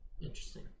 Interesting